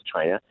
China